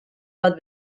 bat